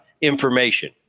information